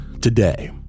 today